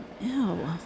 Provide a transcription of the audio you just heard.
Ew